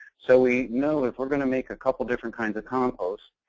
so we know if we're going to make a couple of different kinds of compost,